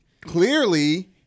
Clearly